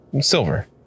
silver